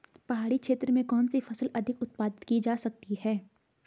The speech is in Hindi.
पहाड़ी क्षेत्र में कौन सी फसल अधिक उत्पादित की जा सकती है?